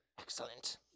Excellent